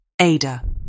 Ada